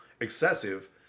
excessive